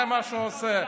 זה מה שהוא עושה.